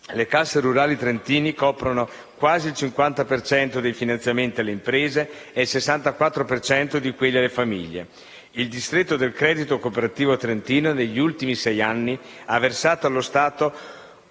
le casse rurali trentine coprono quasi il 50 per cento dei finanziamenti alle imprese e il 64 per cento di quelli alle famiglie. Il distretto del credito cooperativo trentino, negli ultimi sei anni, ha versato allo Stato